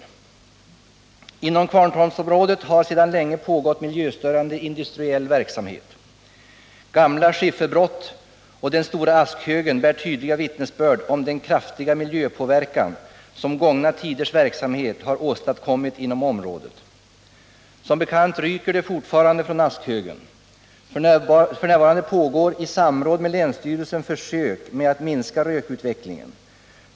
Inom Kvarntorpsområdet har sedan länge pågått miljöstörande industriell verksamhet. Gamla skifferbrott och den stora askhögen bär tydliga vittnesbörd om den kraftiga miljöpåverkan som gångna tiders verksamhet har åstadkommit inom området. Som bekant ryker det fortfarande från askhögen. F.n. pågår i samråd med länsstyrelsen försök med att minska rökutvecklingen.